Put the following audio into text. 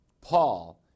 Paul